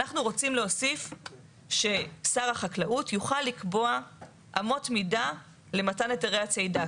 אנחנו רוצים להוסיף ששר החקלאות יוכל לקבוע אמות מידה למתן היתרי הצידה.